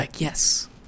Yes